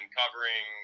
covering